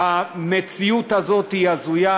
המציאות הזאת היא הזויה.